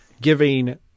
giving